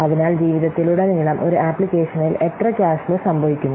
അതിനാൽ ജീവിതത്തിലുടനീളം ഒരു അപ്ലിക്കേഷനിൽ എത്ര ക്യാഷ് ഫ്ലോ സംഭവിക്കുന്നു